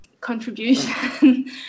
contribution